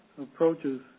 approaches